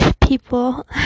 people